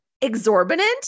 exorbitant